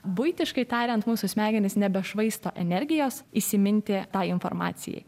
buitiškai tariant mūsų smegenys nebešvaisto energijos įsiminti tai informacijai